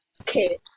Okay